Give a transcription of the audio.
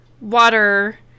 water